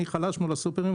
אני חלש מול הסופרים,